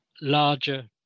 larger